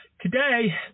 Today